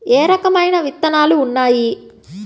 ఏ రకమైన విత్తనాలు ఉన్నాయి?